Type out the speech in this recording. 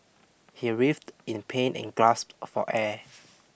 he writhed in pain and grasped for air